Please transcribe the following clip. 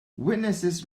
witnesses